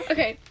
Okay